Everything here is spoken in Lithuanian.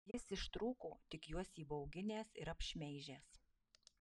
jis ištrūko tik juos įbauginęs ir apšmeižęs